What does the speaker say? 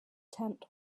tent